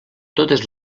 totes